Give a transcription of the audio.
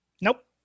Nope